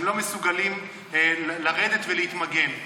הם לא מסוגלים לרדת ולהתמגן.